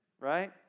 right